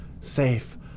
safe